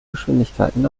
geschwindigkeiten